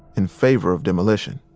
in favor of demolition.